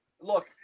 look